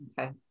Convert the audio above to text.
Okay